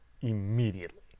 immediately